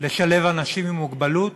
לשלב אנשים עם מוגבלות